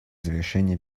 завершения